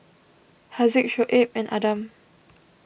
Haziq Shoaib and Adam